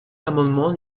l’amendement